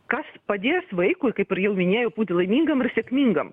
kas padės vaikui kaip ir jau minėjau būti laimingam ir sėkmingam